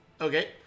Okay